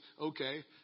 Okay